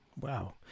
wow